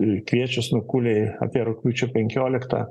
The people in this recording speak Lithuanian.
kviečius nukūlei apie rugpjūčio penkioliktą